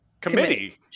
Committee